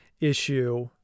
issue